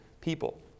people